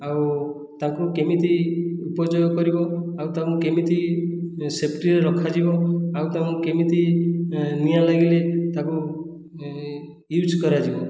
ଆଉ ତାକୁ କେମିତି ଉପଯୋଗ କରିବ ଆଉ ତାକୁ କେମିତି ସେଫ୍ଟିରେ ରଖାଯିବ ଆଉ ତାକୁ କେମିତି ନିଆଁ ଲାଗିଲେ ତାକୁ ୟୁଜ୍ କରାଯିବ